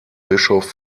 bischof